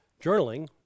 Journaling